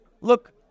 Look